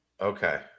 okay